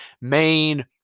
main